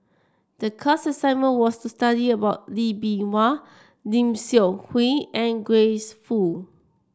the class assignment was to study about Lee Bee Wah Lim Seok Hui and Grace Fu